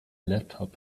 laptop